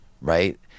right